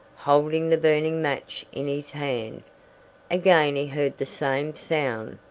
holding the burning match in his hand again he heard the same sound,